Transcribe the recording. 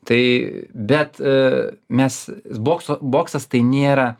tai bet a mes bokso boksas tai nėra